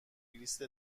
لیست